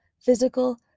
physical